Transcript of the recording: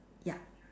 ya